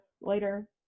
later